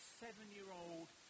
seven-year-old